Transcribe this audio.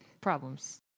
problems